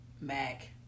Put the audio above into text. Mac